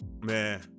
Man